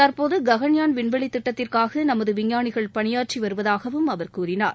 தற்போது ககன்யான் விண்வெளி திட்டத்திற்காக நமது விஞ்ஞானிகள் பணியாற்றி வருவதாகவும் அவர் கூறினார்